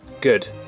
good